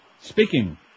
Speaking